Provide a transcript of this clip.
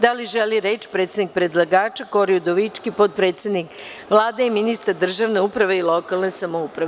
Da li želi reč predstavnik predlagača Kori Udovički, potpredsednik Vlade i ministar državne uprave i lokalne samouprave?